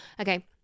Okay